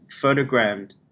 photogrammed